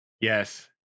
Yes